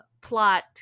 plot